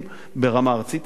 ברמה ארצית אני מדבר.